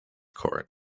court